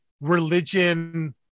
religion